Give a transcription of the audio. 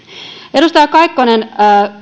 edustaja kaikkonen